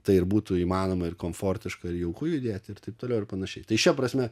tai ir būtų įmanoma ir komfortiška ir jauku judėti ir taip toliau ir panašiai tai šia prasme